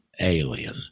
alien